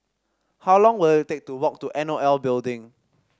how long will it take to walk to N O L Building